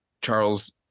Charles